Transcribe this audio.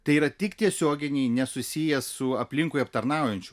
tai yra tik tiesioginiai nesusiję su aplinkui aptarnaujančiu